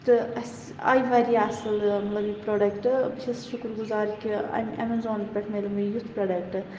تہٕ اَسہِ آیہِ واریاہ اَصل مطلب یہِ پروڈَکٹ بہٕ چھَس شُکُر گُزار کہِ امہِ امیزان پٮ۪ٹھ مِلیو مےٚ یُتھ پروڈَکٹ